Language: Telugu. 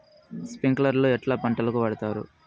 స్ప్రింక్లర్లు ఎట్లా పంటలకు వాడుతారు?